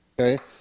okay